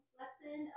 lesson